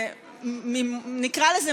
נקרא לזה,